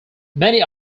many